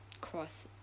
cross